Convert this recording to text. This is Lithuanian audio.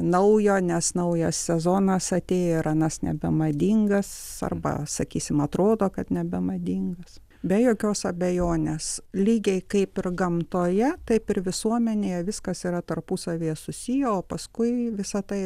naujo nes naujas sezonas atėjo ir anas nebemadingas arba sakysim atrodo kad nebemadingas be jokios abejonės lygiai kaip ir gamtoje taip ir visuomenėje viskas yra tarpusavyje susiję o paskui visa tai